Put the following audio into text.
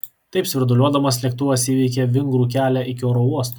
taip svirduliuodamas lėktuvas įveikė vingrų kelią iki oro uosto